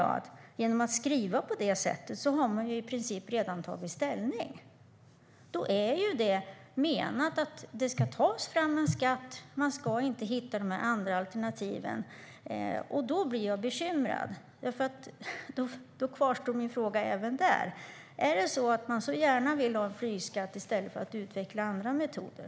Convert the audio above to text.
Genom att skriva på det sättet har man i princip redan tagit ställning, menar jag. Då är meningen att det ska tas fram en skatt. Man ska inte hitta de andra alternativen. Då blir jag bekymrad, och då kvarstår min fråga även där: Vill man så gärna ha en flygskatt i stället för att utveckla andra metoder?